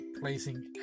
placing